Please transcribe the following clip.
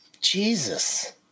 Jesus